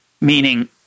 meaning